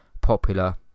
popular